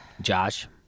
Josh